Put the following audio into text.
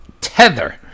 tether